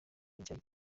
icyayi